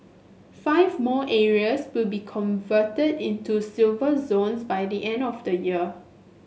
five more areas will be converted into Silver Zones by the end of the year